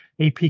AP